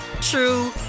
true